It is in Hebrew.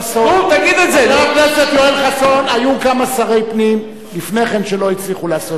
חבר הכנסת, אז יעשה תוכנית מיתאר.